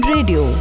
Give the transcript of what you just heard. Radio